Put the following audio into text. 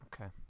Okay